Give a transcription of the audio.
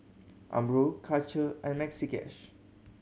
Umbro Karcher and Maxi Cash